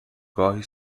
گاهی